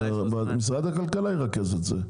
משרד הכלכלה ירכז את זה.